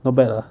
not bad lah